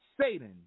Satan